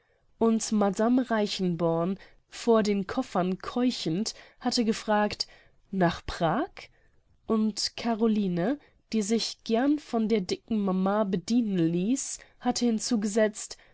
und madame reichenborn vor den koffern keuchend hatte gefragt nach prag und caroline die sich gern von der dicken mama bedienen ließ hatte hinzugesetzt